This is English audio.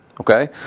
Okay